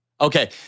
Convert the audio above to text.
Okay